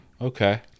Okay